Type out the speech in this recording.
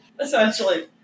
essentially